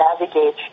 navigate